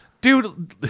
Dude